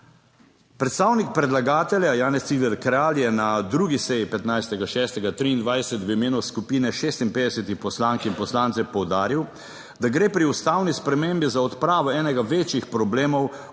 Predstavnik predlagatelja Janez Cigler Kralj je na 2. seji 15. 6. 23 v imenu skupine 56 poslank in poslancev poudaril, da gre pri ustavni spremembi za odpravo enega večjih problemov